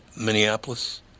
Minneapolis